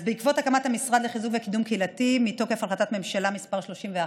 אז בעקבות הקמת המשרד לחיזוק וקידום קהילתי מתוקף החלטת ממשלה מס' 31,